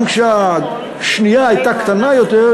גם כשהשנייה הייתה קטנה יותר,